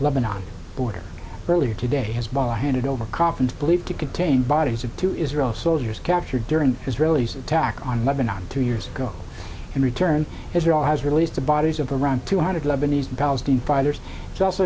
lebanon border earlier today has been handed over coffins believed to contain bodies of two israel soldiers captured during israeli's attack on lebanon two years ago and returned israel has released the bodies of around two hundred lebanese and palestinian fighters it's also